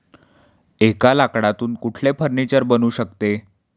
एका लाकडातून कुठले फर्निचर बनू शकते?